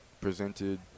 presented